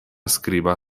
skriba